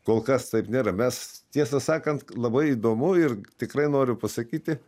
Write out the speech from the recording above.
kol kas taip nėra mes tiesą sakant labai įdomu ir tikrai noriu pasakyti